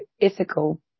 ethical